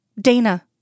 Dana